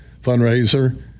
fundraiser